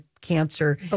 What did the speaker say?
cancer